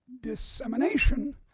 dissemination